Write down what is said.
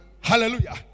Hallelujah